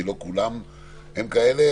כי לא כולם הם כאלה,